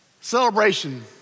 celebration